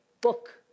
book